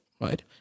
right